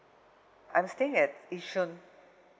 I'm staying at yishun